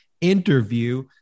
interview